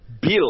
bill